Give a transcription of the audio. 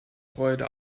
freude